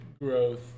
growth